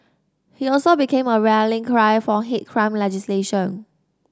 he also became a rallying cry for hate crime legislation